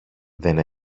δεν